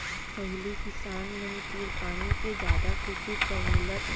पहिली किसान मन तीर पानी के जादा कुछु सहोलत